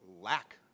lack